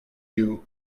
you